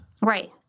Right